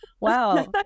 Wow